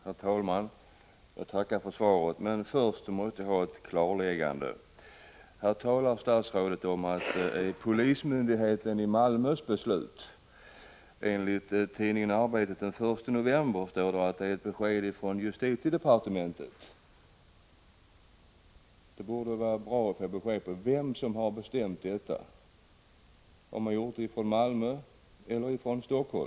Herr talman! Jag tackar för svaret. Först vill jag ha ett klarläggande. Här talar statsrådet om att det var polismyndighetens i Malmö beslut. I tidningen Arbetet den 1 november står det att det var ett besked från justitiedepartementet. Det skulle vara bra att få besked om vem som har bestämt detta. Har man gjort det från Malmö eller från Helsingfors?